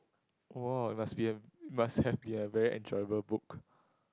!woah! it must be a must have been a very enjoyable book